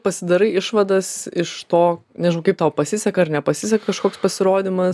pasidarai išvadas iš to nežnau kaip tau pasiseka ar nepasiseka kažkoks pasirodymas